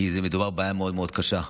כי מדובר בבעיה מאוד מאוד קשה.